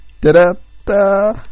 Da-da-da